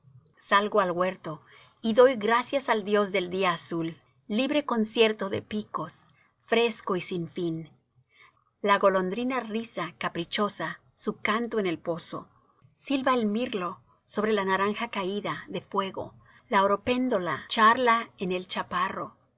salgo al huerto y doy gracias al dios del día azul libre concierto de picos fresco y sin fin la golondrina riza caprichosa su canto en el pozo silba el mirlo sobre la naranja caída de fuego la oropéndola charla en el chaparro